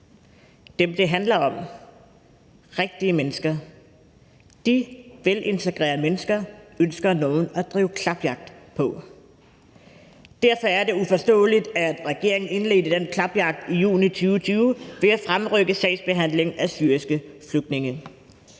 som det handler om, rigtige mennesker, og de velintegrerede mennesker ønsker nogen at drive klapjagt på. Derfor var det uforståeligt, at regeringen indledte den klapjagt i juni 2020 ved at fremrykke sagsbehandlingen af syriske flygtninge,